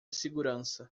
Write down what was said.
segurança